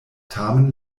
tamen